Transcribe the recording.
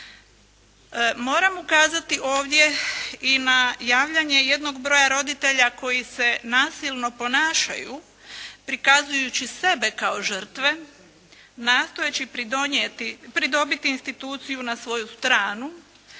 Moram ukazati ovdje i na javljanje jednog broja roditelja koji se nasilno ponašaju prikazujući sebe kao žrtve, nastojeći pridobiti instituciju na svoju stranu,